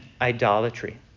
idolatry